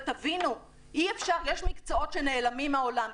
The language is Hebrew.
אבל תבינו, יש מקצועות שנעלמים מהעולם.